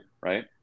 right